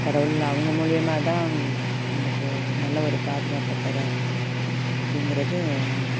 கடவுள் அவங்க மூலிமா தான் நமக்கு நல்ல ஒரு பாதுகாப்பை தர்கிறார் அப்படிங்கிறது உணர்கிறேன்